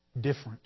different